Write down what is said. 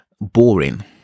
boring